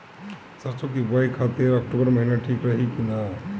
सरसों की बुवाई खाती अक्टूबर महीना ठीक रही की ना?